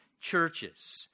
churches